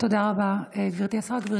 תודה רבה, גברתי השרה.